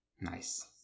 Nice